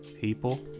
people